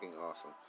awesome